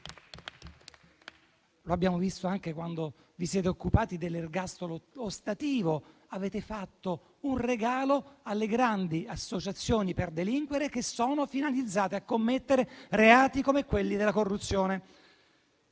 Lo abbiamo visto anche quando vi siete occupati dell'ergastolo ostativo: avete fatto un regalo alle grandi associazioni per delinquere che sono finalizzate a commettere reati come quelli della corruzione.